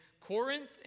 Corinth